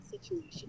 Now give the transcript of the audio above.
situation